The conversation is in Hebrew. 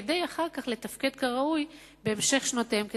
כדי לתפקד אחר כך כראוי בהמשך שנותיהם כתלמידים.